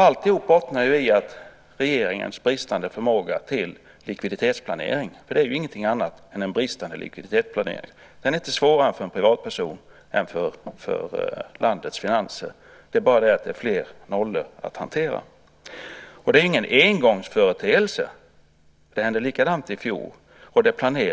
Alltihop bottnar i regeringens bristande förmåga när det gäller likviditetsplanering. Det är ju inte fråga om annat än en bristande likviditetsplanering. Men detta är inte svårare för en privatperson än för landets finanser. Det är bara det att det är fler nollor att hantera. Det här är ingen engångsföreteelse. Likadant var det nämligen i fjol,